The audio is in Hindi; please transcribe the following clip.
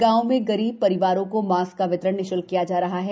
गांव में गरीब रिवारों को मास्क का वितरण निःश्ल्क किया जा रहा है